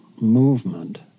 movement